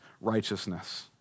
righteousness